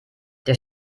der